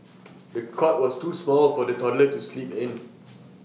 the cot was too small for the toddler to sleep in